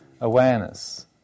awareness